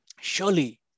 Surely